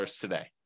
today